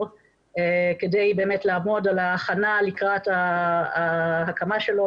כדי באמת לעמוד על ההכנה לקראת ההקמה שלו,